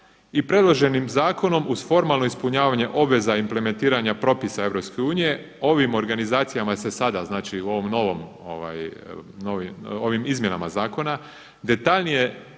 i predloženim zakonom uz formalno ispunjavanje obveza implementiranja propisa EU ovim organizacijama se sada znači u ovim izmjenama zakona, detaljnije nego do